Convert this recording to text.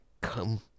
come